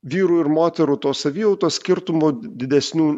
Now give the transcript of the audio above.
vyrų ir moterų tos savijautos skirtumų didesnių